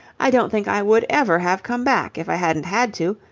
i don't think i would ever have come back if i hadn't had to.